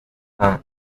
than